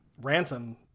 ransom